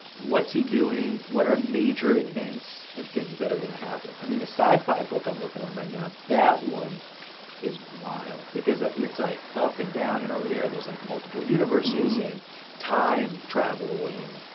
what's he doing, what are major events and things that are gonna happen. i mean the sci-fi book i'm working on right now, that one is wild. because it's like up and down and over there, and there's like multiple universes, and time travel, and